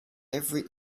every